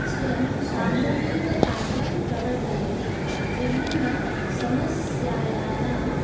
stem सामूहिककार्यं प्रवर्धयति विभिन्नसमस्यानां